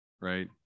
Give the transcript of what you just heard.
right